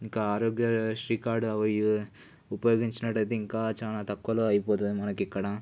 ఇంకా ఆరోగ్యశ్రీ కార్డు అవీ ఉపయోగించినట్టయితే ఇంకా చాలా తక్కువలో అయిపోతుంది మనకి ఇక్కడ